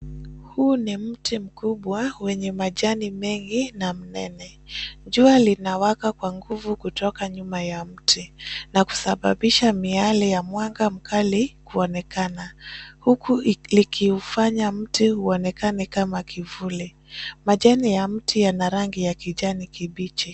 Huu ni mti mkubwa wenye majani mengi na mnene. Jua linawaka kwa nguvu kutoka nyuma ya mti na kusababisha miale ya mwanga mkali kuonekana. Huku likifanya mti uonekane kama kivuli. Majani ya mti yana rangi ya kijani kibichi.